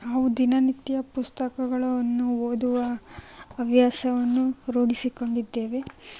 ನಾವು ದಿನನಿತ್ಯ ಪುಸ್ತಕಗಳನ್ನು ಓದುವ ಹವ್ಯಾಸವನ್ನು ರೂಢಿಸಿಕೊಂಡಿದ್ದೇವೆ